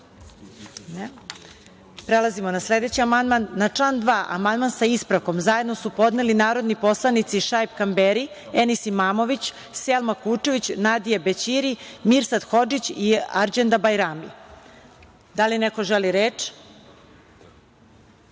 (Ne)Prelazimo na sledeći amandman. Na član 2. amandman, sa ispravkom, zajedno su podneli narodni poslanici Šaip Kamberi, Enis Imamović, Selma Kučević, Nadije Bećiri, Mirsad Hodžić i Arđend Bajrami. Da li neko želi reč? Po